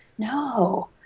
no